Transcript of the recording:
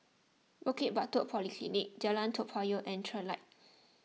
Bukit Batok Polyclinic Jalan Toa Payoh and Trilight